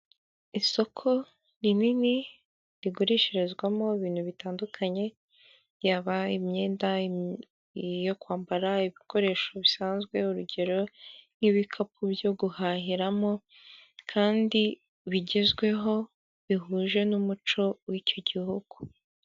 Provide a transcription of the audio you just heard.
Isoko rinini rigurishirizwamo ibintu bitandukanye, yaba imyenda yo kwambara, ibikoresho bisanzwe urugero nk'ibikapu byo guhahiramo kandi bigezweho bihuje n'umuco w'icyo gihugu.